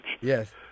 Yes